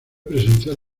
presenciar